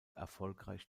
erfolgreich